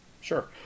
sure